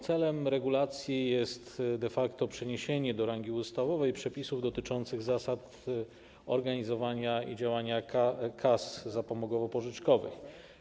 Celem regulacji jest de facto przeniesienie do rangi ustawowej przepisów dotyczących zasad organizowania i działania kas zapomogowo-pożyczkowych.